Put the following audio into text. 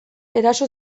eraso